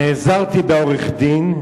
נעזרתי בעורך-דין,